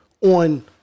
on